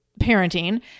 parenting